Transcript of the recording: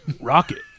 Rocket